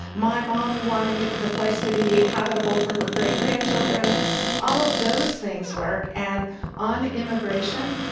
my mom wanting the place to be habitable for her great-grandchildren all of those things work. and on immigration,